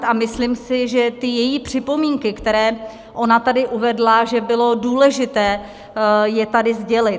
A myslím si, že její připomínky, které ona tady uvedla, že bylo důležité je tady sdělit.